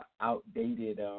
outdated